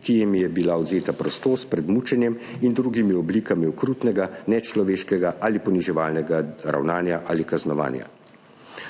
ki jim je bila odvzeta prostost, pred mučenjem in drugimi oblikami okrutnega, nečloveškega ali poniževalnega ravnanja ali kaznovanja.